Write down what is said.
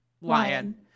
Lion